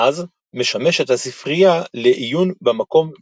מאז משמשת הספרייה לעיון במקום בלבד.